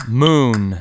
moon